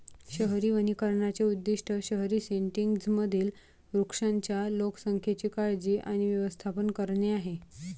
शहरी वनीकरणाचे उद्दीष्ट शहरी सेटिंग्जमधील वृक्षांच्या लोकसंख्येची काळजी आणि व्यवस्थापन करणे आहे